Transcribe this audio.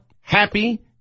happy